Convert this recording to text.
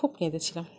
খুব কেঁদেছিলাম